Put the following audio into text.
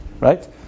Right